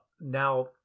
now